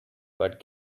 but